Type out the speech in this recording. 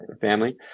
family